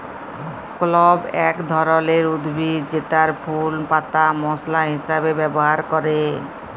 clove এক ধরলের উদ্ভিদ জেতার ফুল পাতা মশলা হিসাবে ব্যবহার ক্যরে